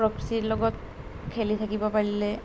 প্ৰকৃতিৰ লগত খেলি থাকিব পাৰিলে